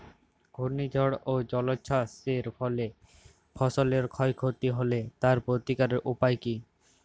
ঘূর্ণিঝড় ও জলোচ্ছ্বাস এর ফলে ফসলের ক্ষয় ক্ষতি হলে তার প্রতিকারের উপায় কী?